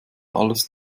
alles